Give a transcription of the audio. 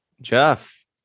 Jeff